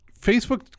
Facebook